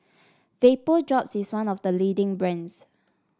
Vapodrops is one of the leading brands